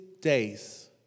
days